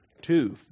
Two